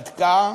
בדקה,